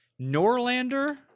Norlander-